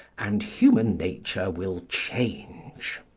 and human nature will change.